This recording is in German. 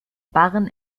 barren